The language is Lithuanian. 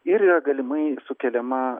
ir yra galimai sukeliama